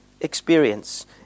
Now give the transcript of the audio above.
experience